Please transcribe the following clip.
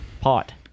pot